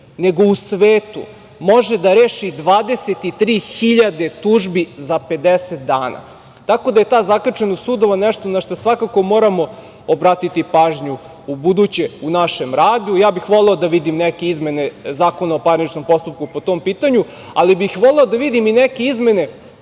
nego u svetu, može da reši 23 hiljade tužbi za 50 dana? Tako da je ta zakrčenost sudova nešto na šta svakako moramo obratiti pažnju ubuduće u našem radu. Voleo bih da vidim neke izmene Zakona o parničnom postupku po tom pitanju, ali bih voleo da vidim i neke izmene